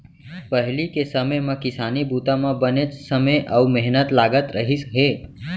पहिली के समे म किसानी बूता म बनेच समे अउ मेहनत लागत रहिस हे